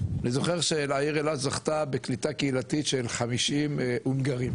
אני זוכר שהעיר אילת זכתה בקליטה קהילתית של 50 הונגרים.